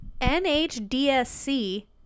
nhdsc